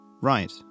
Right